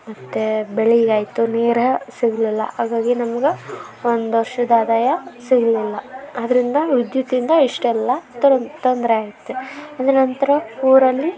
ಮತ್ತು ಬೆಳಿಗ್ಗೆ ಆಯಿತು ನೀರು ಸಿಗಲಿಲ್ಲ ಹಾಗಾಗಿ ನಮ್ಗೆ ಒಂದು ವರ್ಷದ ಆದಾಯ ಸಿಗಲಿಲ್ಲ ಆದ್ರಿಂದ ವಿದ್ಯುತ್ತಿಂದ ಇಷ್ಟೆಲ್ಲ ತ್ರೊನ್ ತೊಂದರೆ ಆಯ್ತು ಅದ ನಂತರ ಊರಲ್ಲಿ